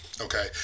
okay